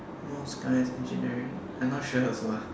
most guys engineering I not sure also ah